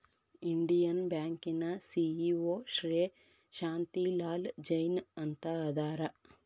Indian ಬ್ಯಾಂಕಿನ CEO Shri Shanti Lal Jain ಅಂತ ಅದಾರ